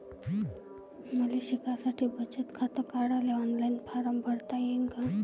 मले शिकासाठी बचत खात काढाले ऑनलाईन फारम भरता येईन का?